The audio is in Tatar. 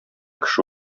кеше